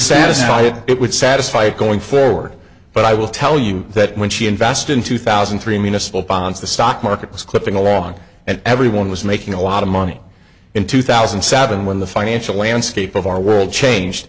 satisfy you it would satisfy it going forward but i will tell you that when she invested in two thousand and three municipal bonds the stock market was clipping along and everyone was making a lot of money in two thousand and seven when the financial landscape of our world